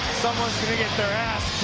someone's gonna get